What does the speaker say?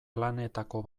planetako